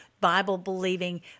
Bible-believing